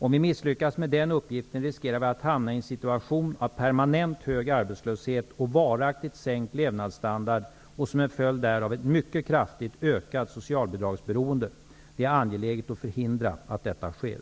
Om vi misslyckas med den uppgiften riskerar vi att hamna i en situation av permanent hög arbetslöshet och varaktigt sänkt levnadsstandard och som en följd därav kommer vi att få ett mycket kraftigt ökat socialbidragsberoende. Det är angeläget att förhindra att detta sker.